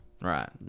Right